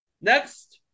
Next